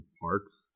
parts